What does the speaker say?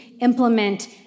implement